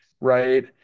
right